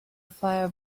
fire